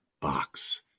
box